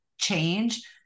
change